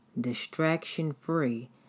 distraction-free